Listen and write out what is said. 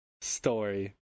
story